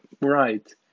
right